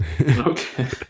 Okay